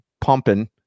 pumping